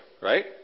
right